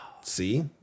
See